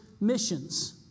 missions